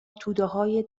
تودههای